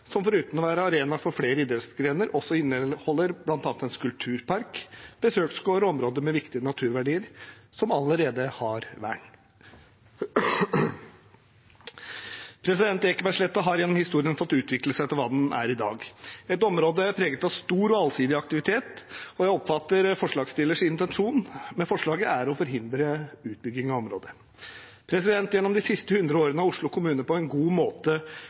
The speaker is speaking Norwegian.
som foruten å være arena for flere idrettsgrener også inneholder bl.a. en skulpturpark, en besøksgård og et område med viktige naturverdier som allerede har vern. Ekebergsletta har gjennom historien fått utvikle seg til hva den er i dag, et område preget av stor og allsidig aktivitet, og jeg oppfatter at forslagsstillers intensjon med forslaget er å forhindre utbygging av området. Gjennom de siste 100 årene har Oslo på en god måte